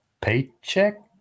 paycheck